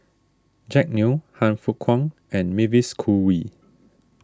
Jack Neo Han Fook Kwang and Mavis Khoo Oei